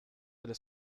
delle